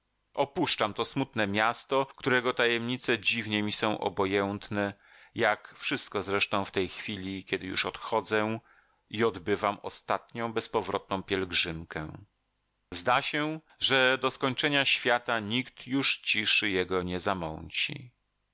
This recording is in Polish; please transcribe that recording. opuszczam to smutne miasto którego tajemnice dziwnie mi są obojętne jak wszystko zresztą w tej chwili kiedy już odchodzę i odbywam ostatnią bezpowrotną pielgrzymkę zda się że do skończenia świata nikt już ciszy jego nie zamąci